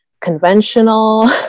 conventional